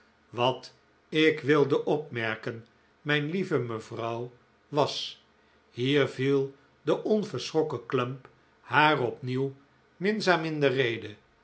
wat ik wilde opmerken mijn lieve mevrouw was hier viel de onverschrokken clump haar opnieuw minzaam in de rede